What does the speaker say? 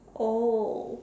oh